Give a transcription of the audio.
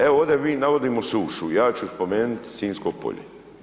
Evo ovdje mi navodimo sušu, ja ću spomenuti Sinjsko polje.